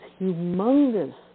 humongous